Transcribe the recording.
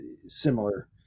similar